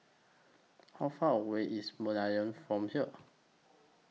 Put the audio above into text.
How Far away IS Merlion from here